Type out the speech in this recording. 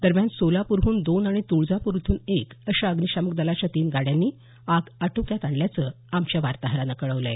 दरम्यान सोलापूरहून दोन आणि तुळजापूर इथून एक अशा अग्निशामक दलाच्या तीन गाड्यांनी आग आटोक्यात आणल्याचं आमच्या वार्ताहरानं कळवल आहे